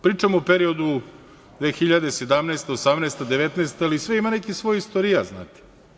Pričam o periodu 2017, 2018, 2019. godina, ali sve ima neki svoj istorijat, znate.